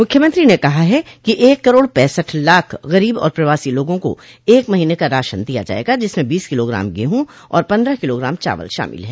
मुख्यमंत्री ने कहा है कि एक करोड़ पैसठ लाख गरीब और प्रवासी लोगों को एक महीने का राशन दिया जाएगा जिसमें बीस किलोग्राम गेह और पन्द्रह किलोग्राम चावल शामिल है